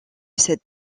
cette